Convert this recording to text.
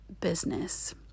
business